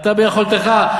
ביכולתך.